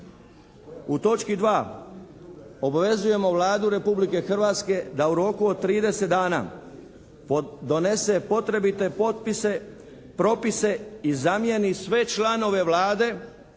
U točki 2. obvezujemo Vladu Republike Hrvatske da u roku od trideset dana donese potrebite propise i zamijeni sve članove Vlade